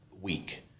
week